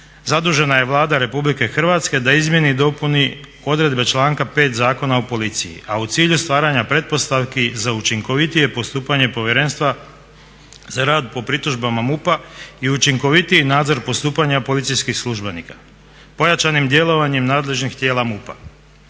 zadužena je Vlada RH da izmijeni i dopuni odredbe članka 5. Zakona o policiji, a u cilju stvaranja pretpostavki za učinkovitije postupanje Povjerenstva za rad po pritužbama MUP-a i učinkovitiji nadzor postupanja policijskih službenika pojačanim djelovanjem nadležnih tijela MUP-a.